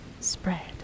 spread